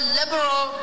liberal